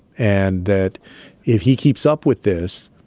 and that if he keeps up with this,